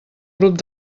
grup